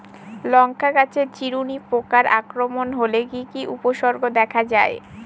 লঙ্কা গাছের চিরুনি পোকার আক্রমণ হলে কি কি উপসর্গ দেখা যায়?